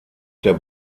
der